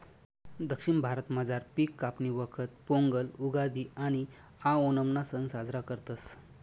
दक्षिण भारतामझार पिक कापणीना वखत पोंगल, उगादि आणि आओणमना सण साजरा करतस